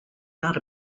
not